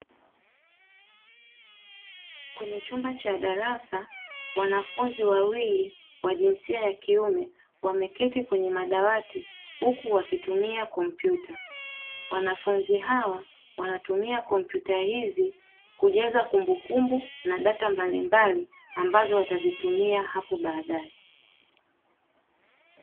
Kwenye chumba cha darasa, wanafunzi wawili wa jinsia ya kiume, wameketi kwenye madawati huku wakitumia kompyuta, wanafunzi hawa wanatumia kompyuta hizi kujaza kumbukumbu na data mbalimbali ambazo watazitumia hapo baadae.